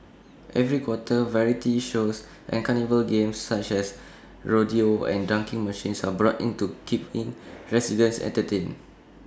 every quarter variety shows and carnival games such as rodeo and dunking machines are brought in to keep in residents entertained